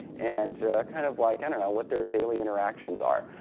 and kind of like and and what their daily interactions are.